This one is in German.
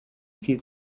viel